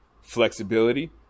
Flexibility